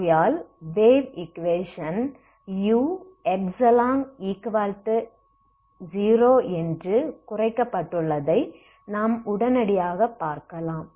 ஆகையால் wave equation uξη0என்று என்று குறைக்கப்பட்டுள்ளதை நாம் உடனடியாக பார்க்கலாம்